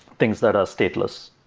things that are stateless.